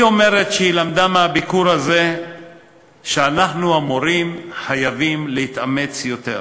היא אומרת שהיא למדה מהביקור הזה שאנחנו המורים חייבים להתאמץ יותר.